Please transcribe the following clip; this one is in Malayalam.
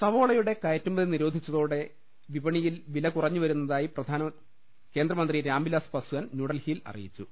സവാളയുടെ കയറ്റുമതി നിരോധിച്ചതോടെ വിപണിയിൽ വില കുറഞ്ഞു വരു ന്ന തായി കേന്ദ്രമന്ത്രി രാംവിലാസ് പസ്വാൻ ന്യൂഡൽഹിയിൽ അറിയിച്ചു